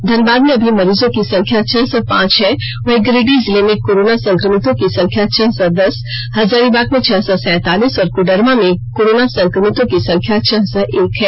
धनबाद में अभी मरीजों की संख्या छह सौ पांच है वहीं गिरीडीह जिले में कोरोना संक्रमितों की संख्या छह सौ दस हजारीबाग में छह सौ सैंतालीस और कोडरमा में कोरोना संक्रमितों की संख्या छह सौ एक है